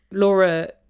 laura,